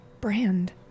brand